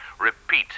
Repeat